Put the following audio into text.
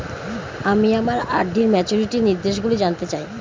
আমি আমার আর.ডি র ম্যাচুরিটি নির্দেশগুলি জানতে চাই